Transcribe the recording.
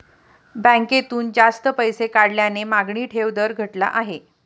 बँकेतून जास्त पैसे काढल्याने मागणी ठेव दर घटला आहे